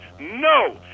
No